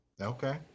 okay